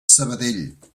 sabadell